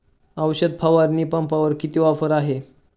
औषध फवारणी पंपावर किती ऑफर आहे?